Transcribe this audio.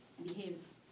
Behaves